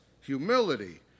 humility